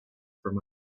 from